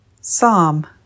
Psalm